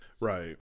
Right